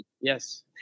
Yes